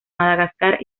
madagascar